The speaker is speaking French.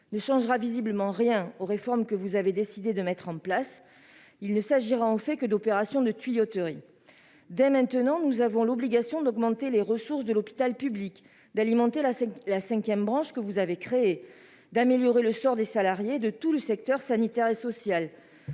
ne changera visiblement rien aux réformes que vous avez décidé de mettre en place. Il ne s'agira en fait que d'opérations de tuyauterie. Nous avons pourtant l'obligation d'augmenter dès maintenant les ressources de l'hôpital public, d'alimenter la cinquième branche que vous avez créée et d'améliorer le sort des salariés de tout le secteur sanitaire et social.